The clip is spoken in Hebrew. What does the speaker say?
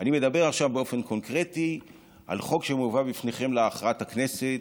אני מדבר עכשיו באופן קונקרטי על חוק שמובא בפניכם להכרעת הכנסת,